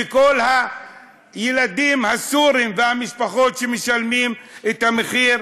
וכל הילדים הסורים והמשפחות שמשלמים את המחיר,